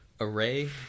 Array